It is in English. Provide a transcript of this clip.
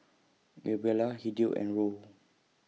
Gabriela Hideo and Roe